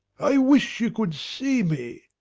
i wish you could see me!